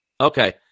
Okay